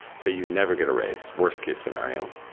so you never get a raise. worst case scenario.